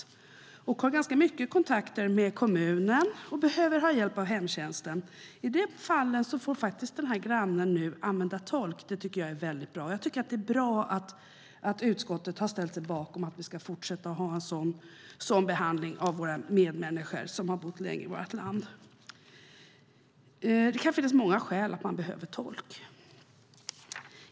Min granne har ganska mycket kontakt med kommunen och behöver hjälp av hemtjänsten. I de fallen får vederbörande använda sig av tolk, vilket jag tycker är bra. Det är mycket bra att utskottet ställt sig bakom förslaget att vi ska fortsätta att behandla våra medmänniskor, som bott länge i vårt land, på så sätt. Det kan finnas många skäl till att man behöver tolk.